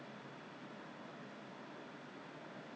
Arnold's okay Arnold's is also good you are right Arnold's is also good